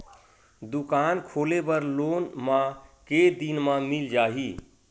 दुकान खोले बर लोन मा के दिन मा मिल जाही?